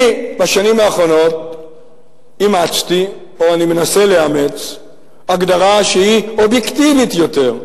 אני בשנים האחרונות אימצתי או מנסה לאמץ הגדרה שהיא אובייקטיבית יותר,